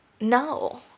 no